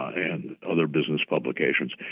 and other business publications.